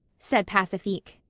said pacifique.